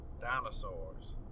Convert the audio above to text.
Dinosaurs